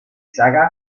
saga